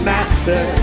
Master